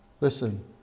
Listen